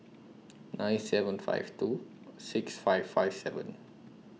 nine seven five two six five five seven